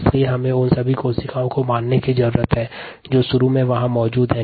इस कारण हमें उन सभी कोशिका को मारने की जरूरत है जो शुरू में वहां मौजूद हैं